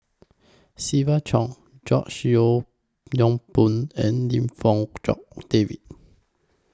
Siva Choy George Yeo Yong Boon and Lim Fong Jock David